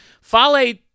Fale